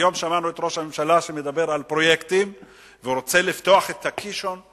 היום שמענו את ראש הממשלה שמדבר על פרויקטים ורוצה לפתוח את הקישון.